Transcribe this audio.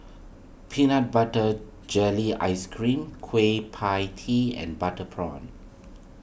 Peanut Butter Jelly Ice Cream Kueh Pie Tee and Butter Prawn